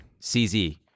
CZ